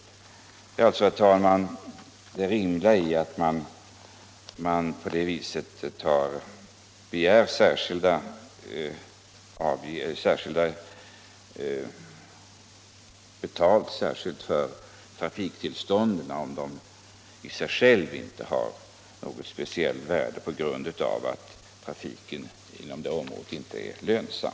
Min fråga är alltså, herr talman, om det är rimligt att betala särskilt för trafiktillstånd, om det i sig självt inte har något speciellt värde på grund av att trafiken inom ifrågavarande område inte är lönsam.